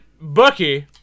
Bucky